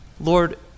Lord